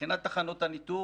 מבחינת תחנות הניטור